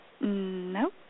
No